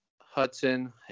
Hudson